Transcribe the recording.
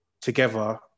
together